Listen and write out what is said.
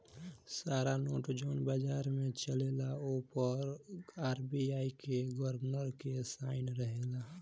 सारा नोट जवन बाजार में चलेला ओ पर आर.बी.आई के गवर्नर के साइन रहेला